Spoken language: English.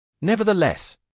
Nevertheless